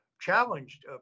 challenged